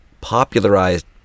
popularized